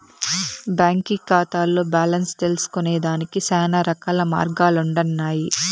బాంకీ కాతాల్ల బాలెన్స్ తెల్సుకొనేదానికి శానారకాల మార్గాలుండన్నాయి